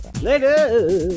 Later